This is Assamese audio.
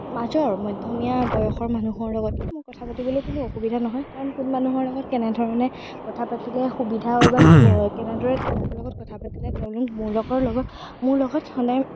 মাজৰ মধ্যমীয়া বয়সৰ মানুহৰ লগতো মোৰ কথা পাতিবলৈ কোনো অসুবিধা নহয় কাৰণ কোন মানুহৰ লগত কেনেধৰণে কথা পাতিলে সুবিধা বা কেনেদৰে তেওঁলোকৰ লগত কথা পাতিলে তেওঁলোক মোৰ লগৰ লগত মোৰ লগত সদায়